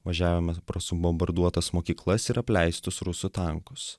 važiavome pro subombarduotas mokyklas ir apleistus rusų tankus